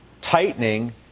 tightening